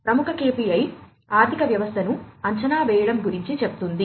ప్రముఖ KPI ఆర్థిక వ్యవస్థను అంచనా వేయడం గురించి చెప్తుంది